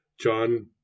John